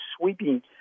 sweeping